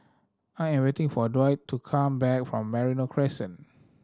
I am waiting for Dwight to come back from Merino Crescent